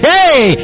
Hey